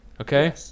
Okay